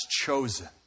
chosen